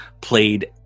played